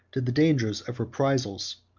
to the danger of reprisals,